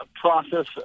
process